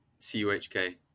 cuhk